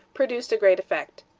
produced a great effect.